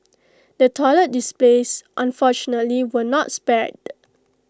the toilet displays unfortunately were not spared